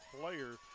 players